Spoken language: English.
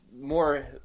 more